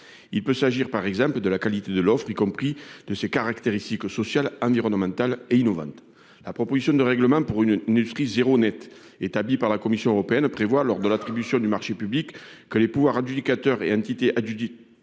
Il peut s'agir, par exemple, de la qualité de l'offre, y compris de ses caractéristiques sociales, environnementales et innovantes. La proposition de règlement pour une industrie « zéro net » établie par la Commission européenne prévoit que les pouvoirs adjudicateurs et les entités compétentes